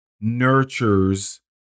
nurtures